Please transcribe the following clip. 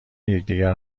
یکدیگر